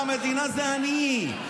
המדינה זה אני.